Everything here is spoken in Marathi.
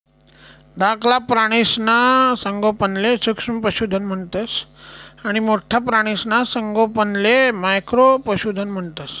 धाकला प्राणीसना संगोपनले सूक्ष्म पशुधन म्हणतंस आणि मोठ्ठा प्राणीसना संगोपनले मॅक्रो पशुधन म्हणतंस